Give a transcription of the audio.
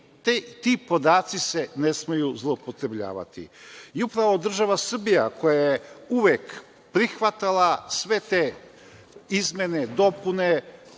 Ti podaci se ne smeju zloupotrebljavati. Upravo država Srbija, koja je uvek prihvatala sve te izmene i dopune